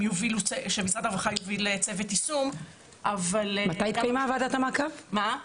שמשרד הרווחה יוביל צוות יישום --- מתי התקיימה הישיבה אצלך?